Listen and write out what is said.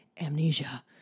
amnesia